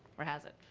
or has it?